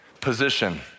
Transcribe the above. position